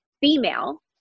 female